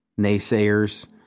naysayers